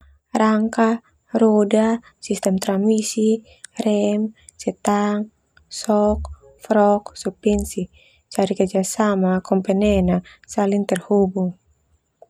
Rangka roda sistem tranmisi rem, stang, shock, uninteligeble, cari kerjasama no kompenen saling terhubung.